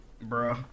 Bro